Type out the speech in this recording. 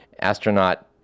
astronaut